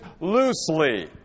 loosely